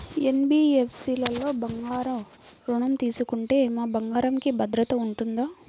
NBFC లలో బంగారు ఋణం తీసుకుంటే మా బంగారంకి భద్రత ఉంటుందా?